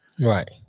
Right